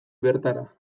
bertara